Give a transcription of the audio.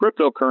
cryptocurrency